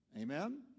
Amen